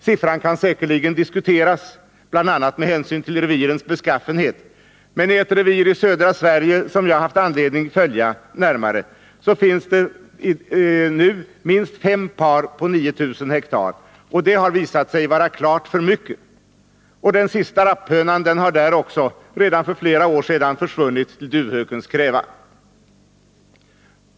Siffran kan säkerligen diskuteras, bl.a. med hänsyn till revirens beskaffenhet. Men i ett revir i södra Sverige, som jag har haft anledning att följa närmare, finns det nu minst fem par på 9 000 hektar. Det har visat sig vara klart för mycket, och den sista rapphönan har där också redan för flera år sedan försvunnit till duvhökens kräva.